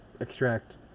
extract